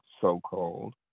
so-called